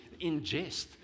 ingest